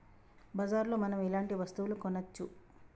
బజార్ లో మనం ఎలాంటి వస్తువులు కొనచ్చు?